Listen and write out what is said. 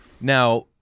Now